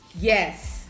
Yes